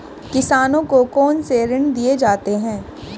किसानों को कौन से ऋण दिए जाते हैं?